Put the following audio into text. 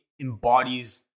embodies